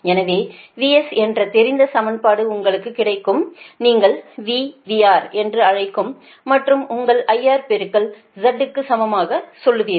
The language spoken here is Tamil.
எனவே VS என்ற தெரிந்த சமன்பாடு உங்களுக்கு கிடைக்கும் நீங்கள் V VR என்று அழைக்கும் மற்றும் உங்கள் IR பெருக்கல் Z க்குச் சமமாகச் சொல்வீர்கள்